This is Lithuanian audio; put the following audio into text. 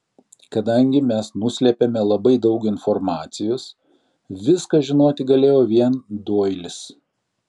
kadangi mes nuslėpėme labai daug informacijos viską žinoti galėjo vien doilis